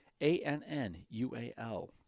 A-N-N-U-A-L